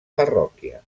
parròquia